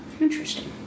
interesting